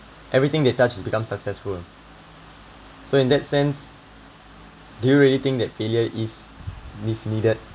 everything they touch will become successful so in that sense do you really think that failure is is needed